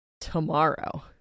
tomorrow